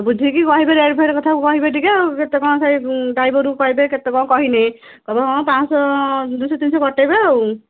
ବୁଝିକି କହିବେ ଗାଡ଼ି ଫାଡ଼ି କଥା କହିବେ ଟିକିଏ ଆଉ କେତେକଣ ସେଇ ଡ୍ରାଇଭରକୁ କହିବେ କେତେ କ'ଣ କହିନେ କହିବେ ହଁ ପାଞ୍ଚଶହ ଦୁଇଶହ ତିନିଶହ କଟାଇବେ ଆଉ